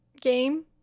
game